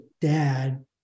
dad